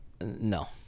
No